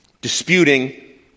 Disputing